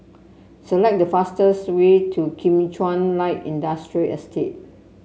select the fastest way to Kim Chuan Light Industrial Estate